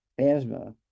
asthma